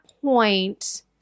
point